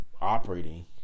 operating